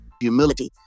humility